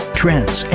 trends